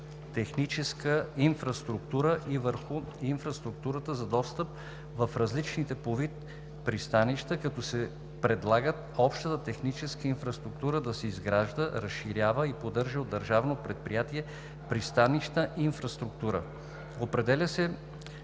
техническа инфраструктура и върху инфраструктурата за достъп в различните по вид пристанища, като се предлага общата техническа инфраструктура да се изгражда, разширява и поддържа от Държавно предприятие „Пристанищна инфраструктура“. Определят се